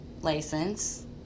license